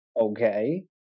Okay